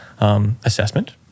assessment